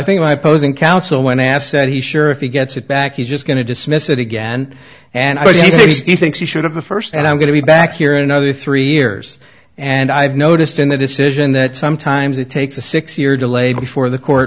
think by opposing counsel when asked said he sure if he gets it back he's just going to dismiss it again and i think he thinks he should have the first and i'm going to be back here in another three years and i've noticed in the decision that sometimes it takes a six year delay before the court